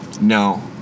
No